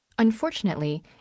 Unfortunately